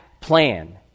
plan